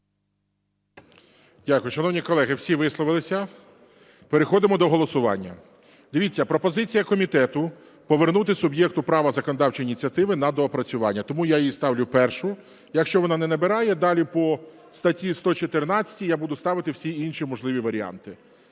Дякую. Шановні колеги, всі висловилися. Переходимо до голосування. Дивіться, пропозиція комітету - повернути суб'єкту права законодавчої ініціативи на доопрацювання. Тому я її ставлю першу. Якщо вона не набирає, далі по статті 114 я буду ставити всі інші можливі варіанти.